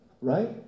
right